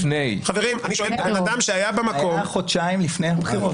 זה היה חודשיים לפני הבחירות.